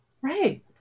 Right